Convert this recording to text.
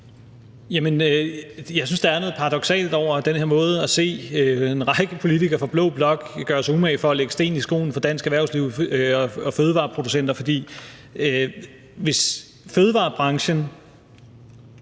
jeg synes, der er noget paradoksalt over den her måde at se en række politikere fra blå blok gøre sig umage for at lægge sten i skoen for dansk erhvervsliv og danske fødevareproducenter. For hvis fødevarebranchen,